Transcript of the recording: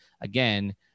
Again